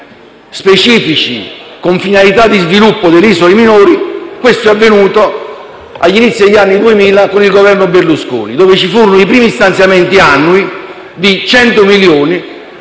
specificamente con finalità di sviluppo delle isole minori, è accaduto all'inizio degli anni 2000 con il Governo Berlusconi, quando vi furono i primi stanziamenti annui di 100 milioni.